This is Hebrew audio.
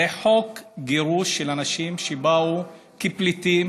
זה חוק גירוש של אנשים שבאו כפליטים.